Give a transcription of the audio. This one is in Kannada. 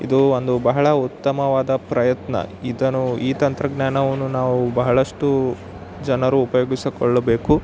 ಇದು ಒಂದು ಬಹಳ ಉತ್ತಮವಾದ ಪ್ರಯತ್ನ ಇದನ್ನು ಈ ತಂತ್ರಜ್ಞಾನವನ್ನು ನಾವು ಬಹಳಷ್ಟು ಜನರು ಉಪಯೋಗಿಸಿಕೊಳ್ಳಬೇಕು